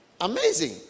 Amazing